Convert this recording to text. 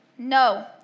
No